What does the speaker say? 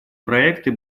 проекты